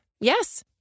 Yes